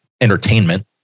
entertainment